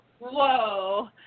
whoa